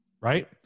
right